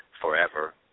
forever